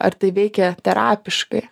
ar tai veikia terapiškai